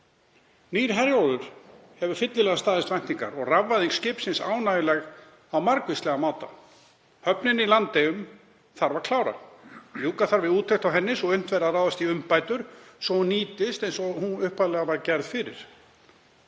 Nýr Herjólfur hefur fyllilega staðist væntingar og rafvæðing skipsins er ánægjuleg á margvíslegan máta. Höfnina í Landeyjum þarf að klára. Ljúka þarf við úttekt á henni svo að unnt verði að ráðast í umbætur til að hún nýtist eins og upphaflega var gert ráð fyrir.